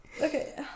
Okay